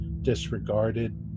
disregarded